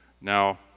Now